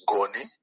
Goni